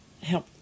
help